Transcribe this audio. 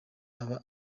aba